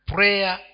prayer